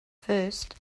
first